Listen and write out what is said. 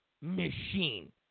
machine